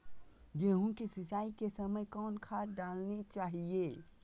गेंहू के सिंचाई के समय कौन खाद डालनी चाइये?